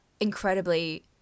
incredibly